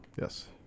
Yes